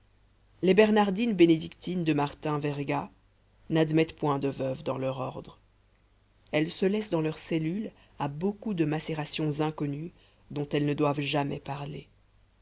les bernardines bénédictines de martin verga n'admettent point de veuves dans leur ordre elles se livrent dans leurs cellules à beaucoup de macérations inconnues dont elles ne doivent jamais parler